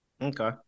Okay